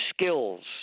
skills